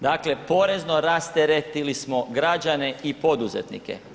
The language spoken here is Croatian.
Dakle, porezno rasteretili smo građane i poduzetnike.